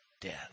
death